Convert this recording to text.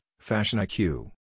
FashionIQ